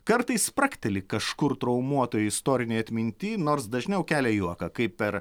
kartais spragteli kažkur traumuotoj istorinėj atmintyj nors dažniau kelia juoką kaip per